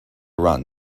run